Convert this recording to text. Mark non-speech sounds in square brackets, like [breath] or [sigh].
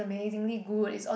[breath]